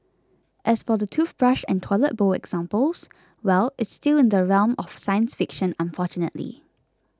as for the toothbrush and toilet bowl examples well it's still in the realm of science fiction unfortunately